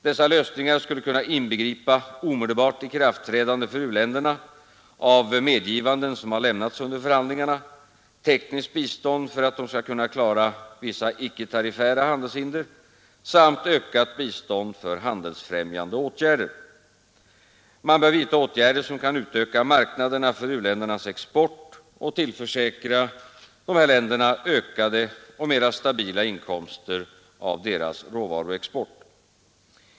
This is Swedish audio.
Dessa lösningar skulle kunna inbegripa omedelbart ikraftträdande för u-länderna av under förhandlingar lämnade medgivanden, tekniskt bistånd för att de skall kunna klara vissa icke-tariffära handelshinder samt ökat bistånd för handelsfrämjande åtgärder. Man bör vidta åtgärder som kan utöka marknaderna för u-ländernas export och tillförsäkra u-länderna ökade och stabilare inkomster av deras råvaruexport.